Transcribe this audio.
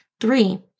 three